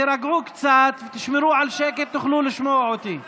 תירגעו קצת ותשמרו על שקט, תוכלו לשמוע אותי.